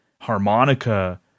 harmonica